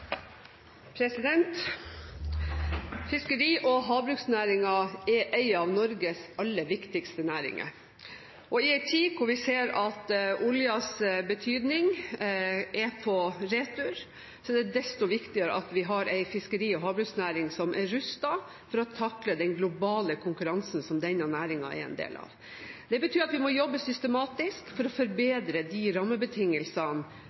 arbeidet? Fiskeri- og havbruksnæringen er en av Norges aller viktigste næringer. I en tid hvor vi ser at oljens betydning er på retur, er det desto viktigere at vi har en fiskeri- og havbruksnæring som er rustet for å takle den globale konkurransen som denne næringen er en del av. Det betyr at vi må jobbe systematisk for å forbedre de rammebetingelsene